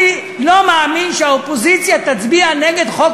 אני לא מאמין שהאופוזיציה תצביע נגד חוק